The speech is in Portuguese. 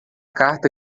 carta